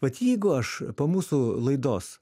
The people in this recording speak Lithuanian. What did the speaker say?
vat jeigu aš po mūsų laidos